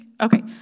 okay